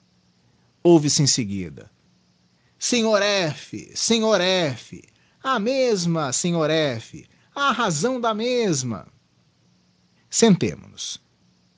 se em seguida sr f sr f a mesma sr f a razão da mesma sentemo-nos